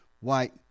white